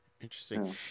Interesting